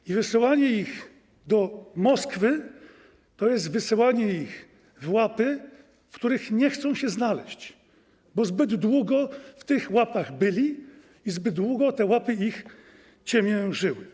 I wysyłanie ich do Moskwy to jest wysyłanie ich w łapy, w których nie chcą się znaleźć, bo zbyt długo w tych łapach byli i zbyt długo te łapy ich ciemiężyły.